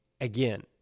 again